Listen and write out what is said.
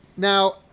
Now